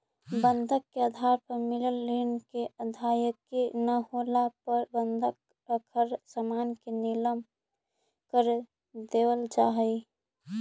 बंधक के आधार पर मिलल ऋण के अदायगी न होला पर बंधक रखल सामान के नीलम कर देवल जा हई